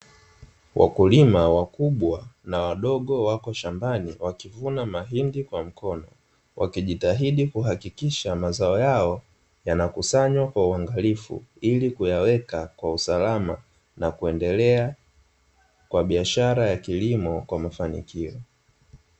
Wakulima wakubwa na wadogo wapo shambani, wakivuna mahindi kwa mkono. Wakijitahidi kuhakikisha mazao hayo yanakusanywa kwa uangalifu ili kuyaweka kwa usalama, na kuendelea kwa biashara ya kilimo kwa mafanikio.